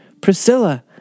Priscilla